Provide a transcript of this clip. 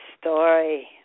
story